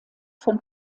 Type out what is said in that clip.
von